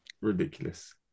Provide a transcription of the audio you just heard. ridiculous